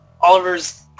Oliver's